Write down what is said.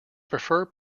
prefer